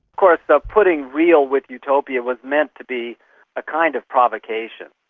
course the putting real with utopia was meant to be a kind of provocation,